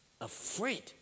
afraid